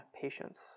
patience